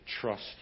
trust